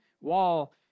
wall